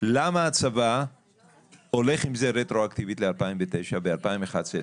למה הצבא הולך עם זה רטרואקטיבית ל-2009 ו-2011?